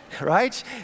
right